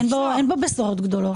אין בו בשורות גדולות.